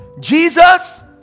Jesus